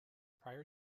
prior